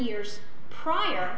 years prior